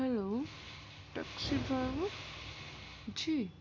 hello taxi driver G